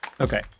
Okay